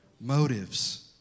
Motives